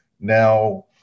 now